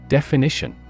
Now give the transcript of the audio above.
Definition